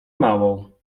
małą